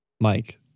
Mike